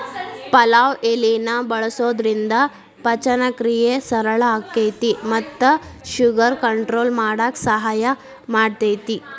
ಪಲಾವ್ ಎಲಿನ ಬಳಸೋದ್ರಿಂದ ಪಚನಕ್ರಿಯೆ ಸರಳ ಆಕ್ಕೆತಿ ಮತ್ತ ಶುಗರ್ ಕಂಟ್ರೋಲ್ ಮಾಡಕ್ ಸಹಾಯ ಮಾಡ್ತೆತಿ